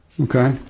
Okay